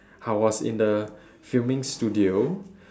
I was in the filming studio